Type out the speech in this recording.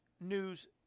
news